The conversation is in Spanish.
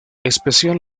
especial